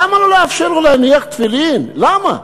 למה לא לאפשר לו להניח תפילין, למה?